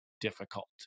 difficult